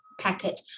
packet